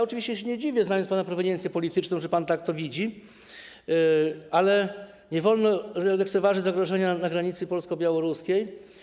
Oczywiście się nie dziwię, znając pana proweniencję polityczną, że pan tak to widzi, ale nie wolno lekceważyć zagrożenia na granicy polsko-białoruskiej.